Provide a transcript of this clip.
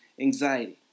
anxiety